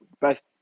best